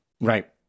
Right